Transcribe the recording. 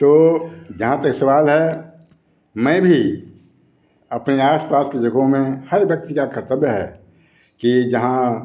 तो जहाँ तक सवाल है मैं भी अपने आस पास की जगहों में हर व्यक्ति का कर्तव्य है कि जहाँ